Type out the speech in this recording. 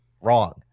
Wrong